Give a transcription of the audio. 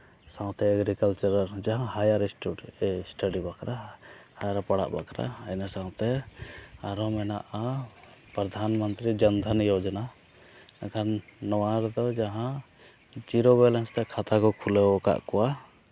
ᱥᱟᱶᱛᱮ ᱮᱜᱽᱨᱤᱠᱟᱞᱪᱟᱨ ᱡᱟᱦᱟᱸ ᱦᱟᱭᱟᱨ ᱤᱱᱥᱴᱩ ᱮᱥᱴᱟᱰᱤ ᱵᱟᱠᱷᱨᱟ ᱟᱨ ᱯᱟᱲᱦᱟᱜ ᱵᱟᱠᱷᱨᱟ ᱤᱱᱟᱹ ᱥᱟᱶᱛᱮ ᱤᱱᱟᱹ ᱥᱟᱶᱛᱮ ᱟᱨᱦᱚᱸ ᱢᱮᱱᱟᱜᱼᱟ ᱯᱟᱨᱫᱷᱟᱱ ᱢᱚᱱᱛᱨᱤ ᱡᱚᱱᱫᱷᱚᱱ ᱡᱳᱡᱳᱱᱟ ᱮᱱᱠᱷᱟᱱ ᱱᱚᱣᱟ ᱜᱮᱛᱚ ᱡᱟᱦᱟᱸ ᱡᱤᱨᱳ ᱵᱮᱞᱮᱱᱥ ᱛᱮ ᱠᱷᱟᱛᱟ ᱠᱚ ᱠᱷᱩᱞᱟᱹᱣᱟᱠᱟᱜ ᱠᱚᱣᱟ